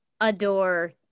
adore